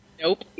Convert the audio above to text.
nope